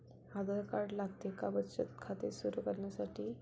आधार card लागते का बचत खाते सुरू करण्यासाठी?